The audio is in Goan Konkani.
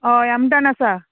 हय आमटान आसा